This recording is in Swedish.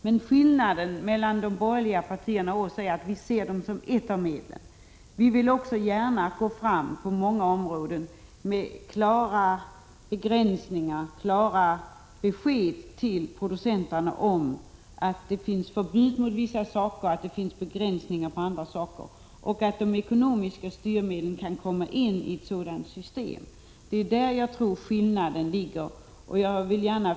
Men skillnaden mellan de borgerliga partierna och oss är att vi ser ekonomiska styrmedel som en del av medlen. Vi vill gå fram på många områden och ge producenterna besked om att det finns förbud mot vissa saker, att det finns begränsningar i fråga om andra saker, och att de ekonomiska styrmedlen kan komma in i ett sådant system. Jag tror att det är i detta sammanhang som det råder skillnad mellan de borgerliga partierna och oss.